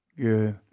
Good